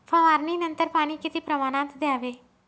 फवारणीनंतर पाणी किती प्रमाणात द्यावे?